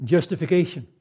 Justification